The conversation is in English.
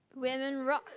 women rock